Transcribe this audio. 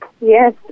Yes